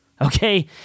Okay